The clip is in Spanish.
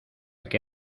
que